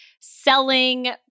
selling